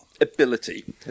ability